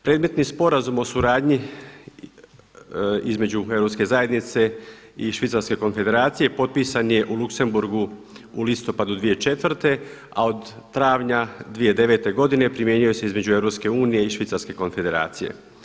Predmetni Sporazum o suradnji između Europske zajednice i Švicarske konfederacije potpisan je u Luxembourgu u listopadu 2004., a od travnja 2009. godine primjenjuje se između EU i Švicarske konfederacije.